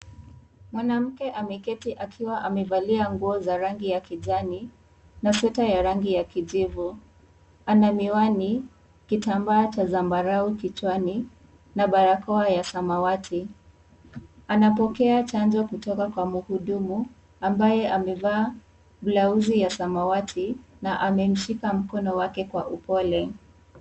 Mwanamke ameketi akiwa amevalia nguo za rangi ya kijani na sweta ya rangi ya kijivu, ana miwani, kitambaa cha zabarau kichwani na barakoa ya samawati. Anapokea chanjo kutoka kwa muhudumu ambaye amevaa blauzi ya samawati na amemshika mkono wake kwa upole.